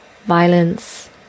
Violence